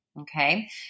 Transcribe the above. Okay